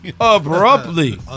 abruptly